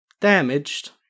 Damaged